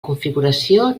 configuració